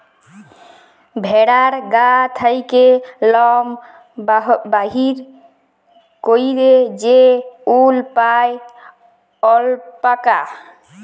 ভেড়ার গা থ্যাকে লম বাইর ক্যইরে যে উল পাই অল্পাকা